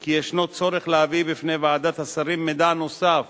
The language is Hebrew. כי יש צורך להביא בפני ועדת השרים מידע נוסף